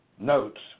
notes